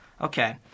Okay